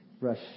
Rush